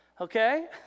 okay